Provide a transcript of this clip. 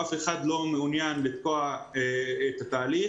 אף אחד לא מעוניין לתקוע את התהליך,